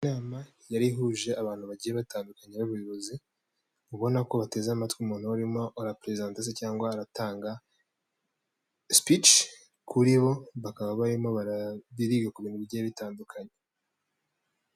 Inama yari ihuje abantu bagiye batandukanye b'ubuyobozi, ubona ko bateze amatwi umuntu urimo araperezanta ndetse cyangwa aratanga sipici kuri bo bakaba barimo biriga ku bintu bigenda bitandukanye.